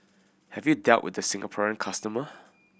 have you dealt with the Singaporean customer